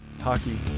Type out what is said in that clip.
hockey